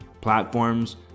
platforms